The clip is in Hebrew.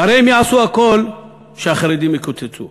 הרי הם יעשו הכול שהחרדים יקוצצו,